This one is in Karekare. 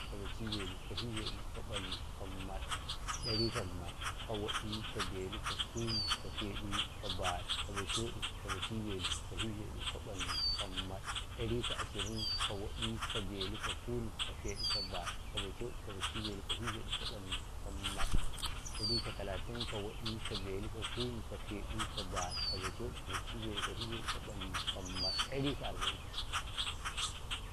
﻿Ka baci belu, ka fifeɗu, ka ƃannu ka baɗi ɗari kam baɗi, ka waɗi, belu, kunu, feɗu, baɗi, bacaɗi, baci belu, fifeɗu, ƃannu, baɗi ɗari ka ashirin, ka waɗi, belu, kunu, feɗu, baɗi bacɗi baci-belu, fifeɗu, ƃannu, baɗi, ɗari ka talatin, ka waɗi, belu, ka kunu, feɗu, baɗi, bacaɗi, baci-belu, fifeɗu, ƃannu, baɗi, ɗari ka arba'inn.